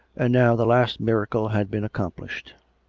and now the last miracle had been accomplished.